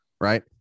right